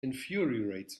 infuriates